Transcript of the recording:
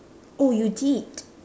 oh you did